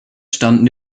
standen